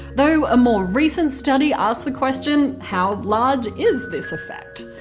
though a more recent study asked the question, how large is this effect?